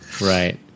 Right